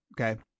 Okay